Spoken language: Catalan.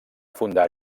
fundar